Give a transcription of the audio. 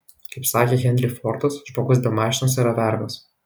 kaip sakė henry fordas žmogus be mašinos yra vergas